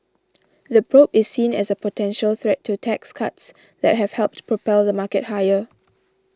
the probe is seen as a potential threat to tax cuts that have helped propel the market higher